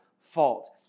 fault